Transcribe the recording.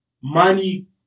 money